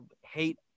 hate